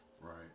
Right